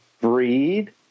breed